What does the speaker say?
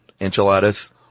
enchiladas